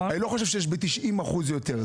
אני לא חושב שיש ב-90% יותר.